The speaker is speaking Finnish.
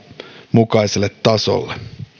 mukaiselle tasolle